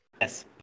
Yes